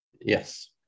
Yes